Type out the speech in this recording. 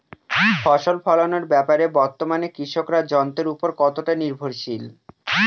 ফসল ফলানোর ব্যাপারে বর্তমানে কৃষকরা যন্ত্রের উপর কতটা নির্ভরশীল?